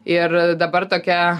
ir dabar tokia